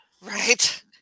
right